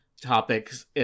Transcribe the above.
topics